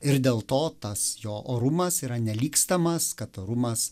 ir dėl to tas jo orumas yra nelygstamas kad orumas